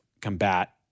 combat